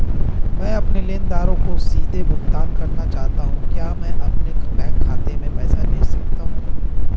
मैं अपने लेनदारों को सीधे भुगतान करना चाहता हूँ क्या मैं अपने बैंक खाते में पैसा भेज सकता हूँ?